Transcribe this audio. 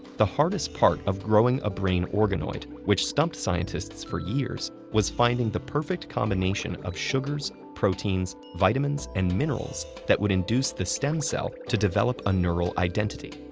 the hardest part of growing a brain organoid, which stumped scientists for years, was finding the perfect combination of sugars, proteins, vitamins, and minerals that would induce the stem cell to develop a neural identity.